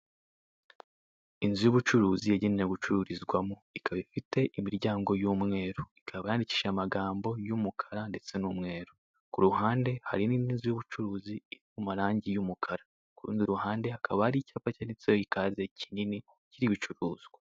Inzu y'ubucuruzi yagenewe gicururizwamo, ikaba ifite imiryango y'umweru, ikaba yandikishije amagambo umukara ndetse n'umweru, ku ruhande hari n'indi nzu y'ubucuruzi mu marange y'umukara, ku rundi ruhande hakaba hari icyapa cyanditseho ikaze kinini kiriho ibicuruzwa.